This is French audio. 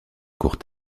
court